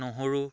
নহৰু